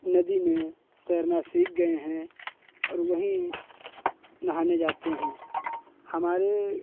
नदी में तैरना सीख गए हैं और वहीं नहाने जाते हैं हमारे